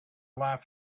laugh